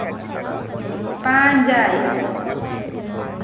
ᱯᱟᱸᱻᱡᱟᱭ